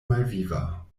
malviva